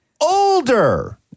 Older